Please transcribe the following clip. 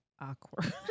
awkward